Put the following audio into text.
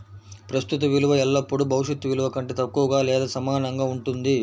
ప్రస్తుత విలువ ఎల్లప్పుడూ భవిష్యత్ విలువ కంటే తక్కువగా లేదా సమానంగా ఉంటుంది